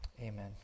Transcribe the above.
Amen